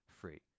free